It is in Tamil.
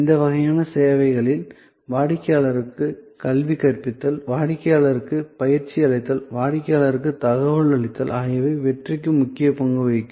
இந்த வகையான சேவைகளில் வாடிக்கையாளருக்கு கல்வி கற்பித்தல் வாடிக்கையாளருக்கு பயிற்சி அளித்தல் வாடிக்கையாளருக்கு தகவல் அளித்தல் ஆகியவை வெற்றிக்கு முக்கிய பங்கு வகிக்கும்